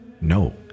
No